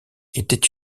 était